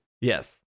Yes